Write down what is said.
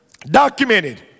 documented